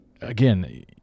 again